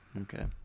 Okay